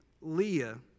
Leah